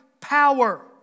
power